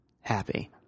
happy